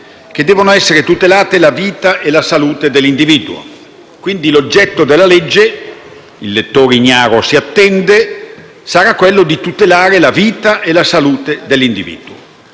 che devono essere tutelate la vita e la salute dell'individuo. Quindi, l'oggetto della legge - il lettore ignaro si attende - sarà quello di tutelare la vita e la salute dell'individuo,